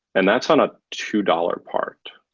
and that's on a two dollars part.